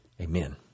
Amen